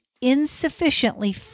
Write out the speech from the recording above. insufficiently